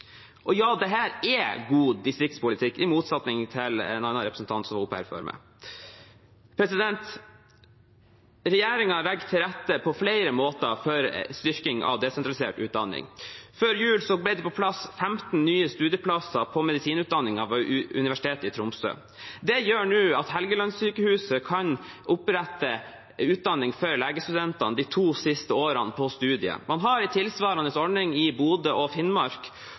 motsetning til det en annen representant som var oppe her før meg, sa. Regjeringen legger på flere måter til rette for styrking av desentralisert utdanning. Før jul kom det på plass 15 nye studieplasser på medisinutdanningen ved Universitetet i Tromsø. Det gjør at Helgelandssykehuset nå kan opprette utdanning for legestudentene de to siste årene av studiet. Man har en tilsvarende ordning i Bodø og i Finnmark,